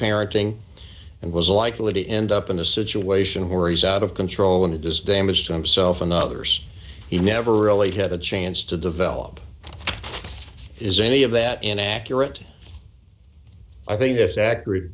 parenting and was likely to end up in a situation where he's out of control and it does damage to himself and others he never really had a chance to develop is any of that inaccurate i think that's accurate